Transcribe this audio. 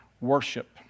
worship